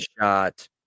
shot